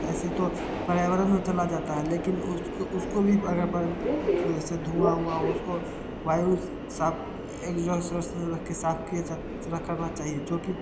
ऐसे तो पर्यावरण में चला जाता है लेकिन उसको भी अगर जैसे धुआँ ऊआं हुआ उसको वायु सब करना चाहिए जो कि